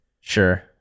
Sure